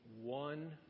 one